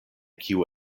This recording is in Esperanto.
kiu